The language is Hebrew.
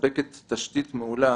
מספקת תשתית מעולה